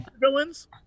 villains